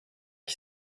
qui